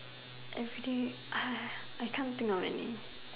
everyday I can't think of any